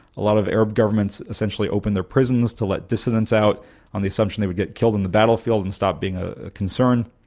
a lot of arab governments essentially opened their prisons to let dissidents out on the assumption that they would get killed on the battlefield and stop being a concern,